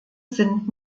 sind